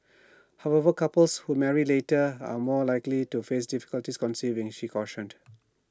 however couples who marry later are more likely to face difficulties conceiving she cautioned